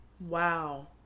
Wow